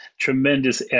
tremendous